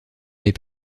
les